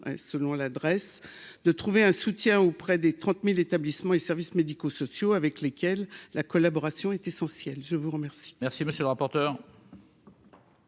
selon l'adresse de trouver un soutien auprès des 30000 établissements et services médico-sociaux avec lesquels la collaboration est essentielle : je vous remercie.